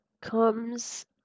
Comes